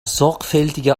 sorgfältiger